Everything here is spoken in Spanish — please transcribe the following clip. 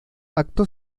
acto